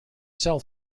self